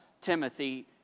Timothy